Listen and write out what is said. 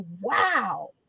wow